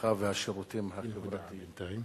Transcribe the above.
הרווחה והשירותים החברתיים.